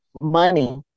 money